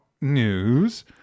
news